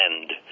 end